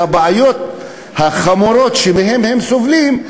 והבעיות החמורות שמהן הם סובלים,